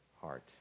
heart